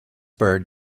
bird